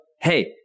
Hey